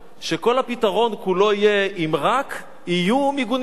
שכל הפתרון כולו יהיה אם רק יהיו מיגוניות,